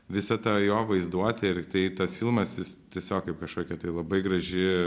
visa ta jo vaizduotė ir tai tas filmas jis tiesiog kaip kažkokia tai labai graži